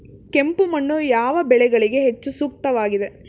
ಕೆಂಪು ಮಣ್ಣು ಯಾವ ಬೆಳೆಗಳಿಗೆ ಹೆಚ್ಚು ಸೂಕ್ತವಾಗಿದೆ?